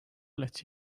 let